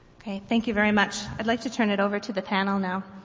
ok, thank you very much. i'd like to turn it over to the panel now.